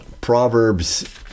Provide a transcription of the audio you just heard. Proverbs